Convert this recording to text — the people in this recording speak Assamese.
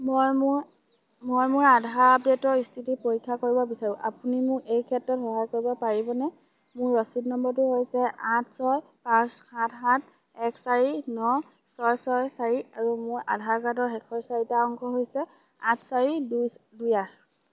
মই মোৰ মই মোৰ আধাৰ আপডে'টৰ স্থিতি পৰীক্ষা কৰিব বিচাৰোঁ আপুনি মোক এই ক্ষেত্ৰত সহায় কৰিব পাৰিবনে মোৰ ৰচিদ নম্বৰটো হৈছে আঠ ছয় পাঁচ সাত সাত এক চাৰি ন ছয় ছয় চাৰি আৰু মোৰ আধাৰ কাৰ্ডৰ শেষৰ চাৰিটা অংক হৈছে আঠ চাৰি দুই আঠ